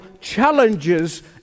challenges